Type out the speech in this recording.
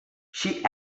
she